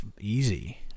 easy